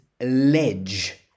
ledge